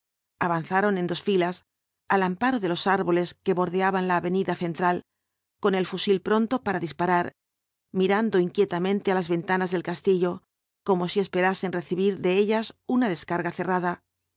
avanzaron en dos ñlas al amparo de los árboles que bordeaban la avenida central con el fusil pronto para disparar mirando inquietamente á las ventanas del castillo como si esperasen recibir desde ellas una descarga cerrada